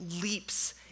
leaps